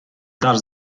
dasz